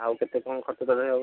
ଆଉ କେତେ କ'ଣ ଖର୍ଚ୍ଚ ତଥାପି ହେବ